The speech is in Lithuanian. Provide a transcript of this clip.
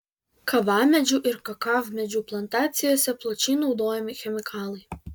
kavamedžių ir kakavmedžių plantacijose plačiai naudojami chemikalai